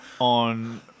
on